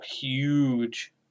huge